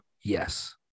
Yes